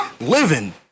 living